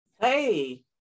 Hey